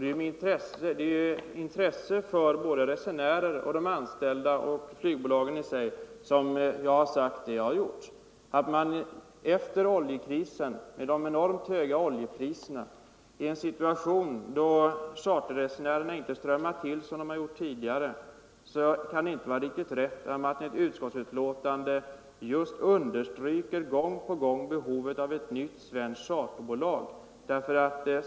Det är av intresse för resenärerna, de anställda och flygbolagen som jag har talat som jag gjort. Efter oljekrisen, med de enormt höga oljepriserna och i en situation då charterresenärerna inte strömmar till såsom tidigare kan det inte vara rätt att i ett utskottsbetänkande gång på gång understryka behovet av ett nytt svenskt charterbolag.